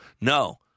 No